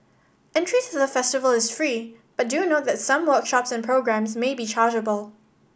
entries to the festival is free but do note that some workshops and programmes may be chargeable